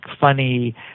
funny